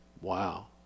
Wow